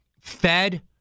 Fed